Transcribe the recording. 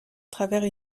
travers